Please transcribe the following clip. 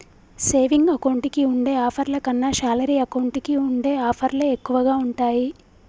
saving account కి ఉండే ఆఫర్ల కన్నా శాలరీ అకౌంట్ కి ఉండే ఆఫర్లే ఎక్కువగా ఉంటాయి